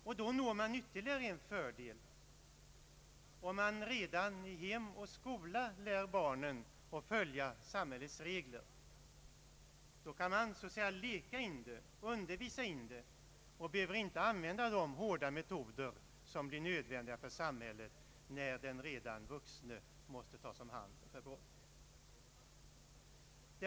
Man når då ytterligare en fördel om man redan i hem och skola lär barnen att följa samhällets regler. Man kan leka in det och undervisa in det och behöver inte använda de hårda metoder som blir nödvändiga för samhället när den redan vuxne måste tas om hand för brott.